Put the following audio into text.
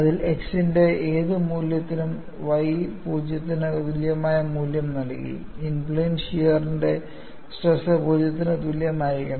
അതിൽ x ന്റെ ഏത് മൂല്യത്തിനും y പൂജ്യത്തിന് തുല്യമായ മൂല്യം നൽകി ഇൻ പ്ലെയിൻ ഷിയറിന്റെ സ്ട്രെസ് 0 ന് തുല്യമായിരിക്കണം